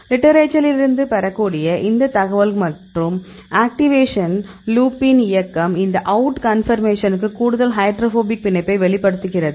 லிட்டரேச்சரிலிருந்து பெறக்கூடிய இந்தத் தகவல் மற்றும் ஆக்டிவேஷன் லூப்பின் இயக்கம் இந்த அவுட் கன்பர்மேஷனிற்கு கூடுதல் ஹைட்ரோபோபிக் பிணைப்பை வெளிப்படுத்துகிறது